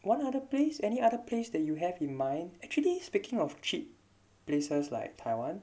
one other place any other place that you have in mind actually speaking of cheap places like taiwan